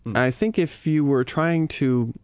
i think if you were trying to,